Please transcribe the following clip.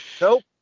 nope